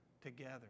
together